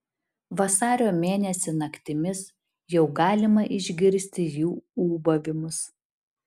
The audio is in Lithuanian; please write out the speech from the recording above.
vasario mėnesį naktimis jau galima išgirsti jų ūbavimus